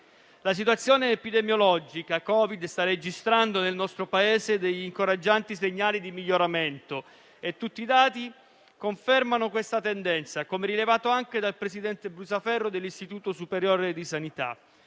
La situazione epidemiologica da Covid-19 sta registrando nel nostro Paese degli incoraggianti segnali di miglioramento e tutti i dati confermano questa tendenza, come rilevato anche dal presidente Brusaferro dell'Istituto superiore di sanità.